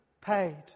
paid